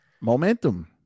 Momentum